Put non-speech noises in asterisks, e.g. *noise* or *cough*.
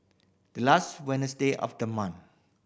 the last *unintelligible* of the month